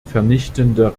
vernichtende